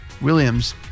Williams